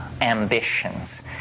ambitions